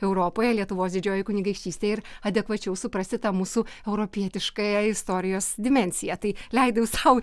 europoje lietuvos didžiojoj kunigaikštystėj ir adekvačiau suprasti tą mūsų europietiškąją istorijos dimensiją tai leidau sau